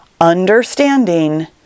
understanding